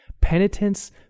Penitence